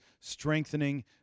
strengthening